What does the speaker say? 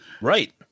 Right